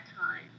time